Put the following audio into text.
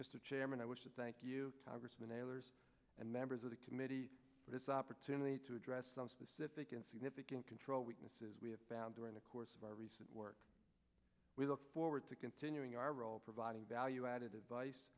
mr chairman i wish to thank you congressman ehlers and members of the committee for this opportunity to address some specific insignificant control weaknesses we have found during the course of our recent work we look forward to continuing our role providing value added advice